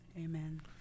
Amen